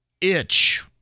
itch